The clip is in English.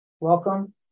Welcome